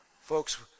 Folks